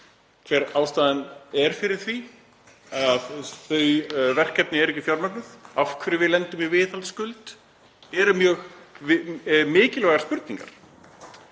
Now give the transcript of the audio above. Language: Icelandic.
Hver ástæðan er fyrir því að þau verkefni eru ekki fjármögnuð og af hverju við lendum í viðhaldsskuld eru mjög mikilvægar spurningar